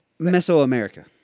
Mesoamerica